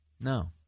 No